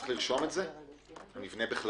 צריך להוסיף את המילה בכללותו?